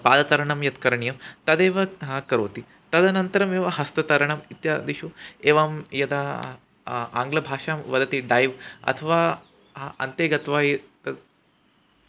पादतरणं यत् करणीयं तदेव हा करोति तदनन्तरमेव हस्ततरणम् इत्यादिषु एवं यदा आङ्ग्लभाषायां वदति डैव् अथवा हा अन्ते गत्वा एतद्